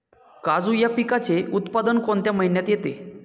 काजू या पिकाचे उत्पादन कोणत्या महिन्यात येते?